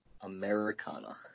Americana